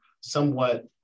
somewhat